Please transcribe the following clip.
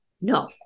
No